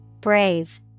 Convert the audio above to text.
Brave